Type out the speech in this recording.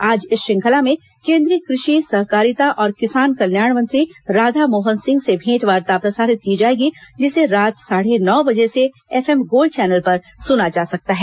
आज इस श्रृंखला में केंद्रीय कृषि सहकारिता और किसान कल्याण मंत्री राधामोहन सिंह से भेंट वार्ता प्रसारित की जाएगी जिसे रात साढ़े नौ बजे से एफएम गोल्ड चैनल पर सुना जा सकता है